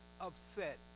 upset